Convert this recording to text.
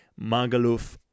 Magaluf